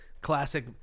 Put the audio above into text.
Classic